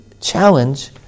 challenge